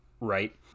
Right